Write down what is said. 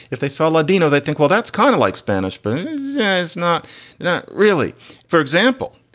if they saw ladino, they think, well, that's kind of like spanish, but yeah it's not not really for example.